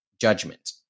Judgment